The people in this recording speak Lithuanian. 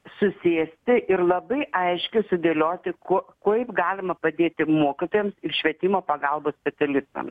susėsti ir labai aiškiai sudėlioti ko kaip galima padėti mokytojams ir švietimo pagalbos specialistams